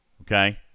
okay